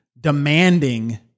demanding